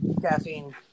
caffeine